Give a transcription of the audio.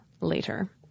later